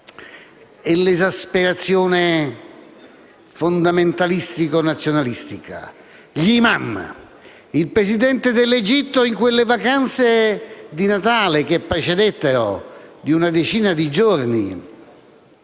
e l'esasperazione fondamentalista e nazionalistica. Il Presidente dell'Egitto in quelle vacanze di Natale che precedettero di una decina di giorni